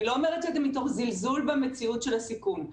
אני לא אומרת את זה מתוך זלזול במציאות של הסיכון,